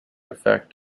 effect